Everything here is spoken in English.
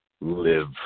live